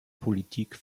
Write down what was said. politik